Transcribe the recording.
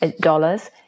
dollars